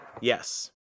Yes